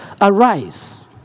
Arise